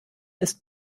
ist